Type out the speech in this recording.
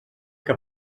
que